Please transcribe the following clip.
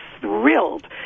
thrilled